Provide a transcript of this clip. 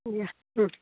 দিয়া ও